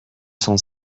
cent